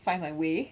find my way